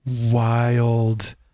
Wild